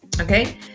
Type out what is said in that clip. okay